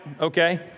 okay